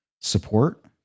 support